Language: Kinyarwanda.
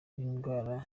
n’indwara